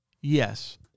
Yes